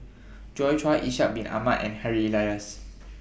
Joi Chua Ishak Bin Ahmad and Harry Elias